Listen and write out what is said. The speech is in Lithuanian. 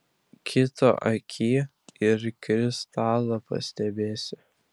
kito akyj ir krislą pastebi